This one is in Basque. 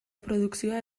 produkzioa